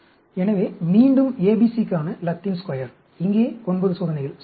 எனவே மீண்டும் ABC க்கான லத்தீன் ஸ்கொயர் இங்கே 9 சோதனைகள் சரிதானே